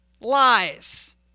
lies